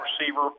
receiver